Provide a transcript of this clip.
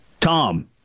Tom